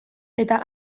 eta